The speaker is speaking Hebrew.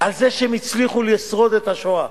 על זה שהם הצליחו לשרוד בשואה,